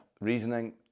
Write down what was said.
Reasoning